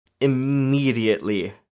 immediately